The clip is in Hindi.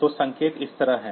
तो संकेत इस तरह है